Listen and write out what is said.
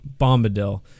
Bombadil